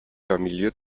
familie